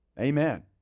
Amen